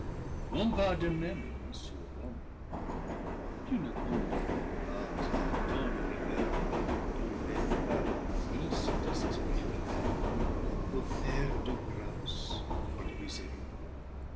sur l'homme tu ne condamnas pas avec tant de rigueur l'homme tombé par la malice des esprits rebelles ô père de grâce et de miséricorde